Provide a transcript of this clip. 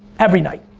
every night.